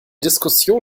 diskussion